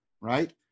right